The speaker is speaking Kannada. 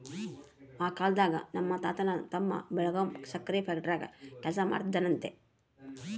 ಆ ಕಾಲ್ದಾಗೆ ನಮ್ ತಾತನ್ ತಮ್ಮ ಬೆಳಗಾಂ ಸಕ್ರೆ ಫ್ಯಾಕ್ಟರಾಗ ಕೆಲಸ ಮಾಡ್ತಿದ್ನಂತೆ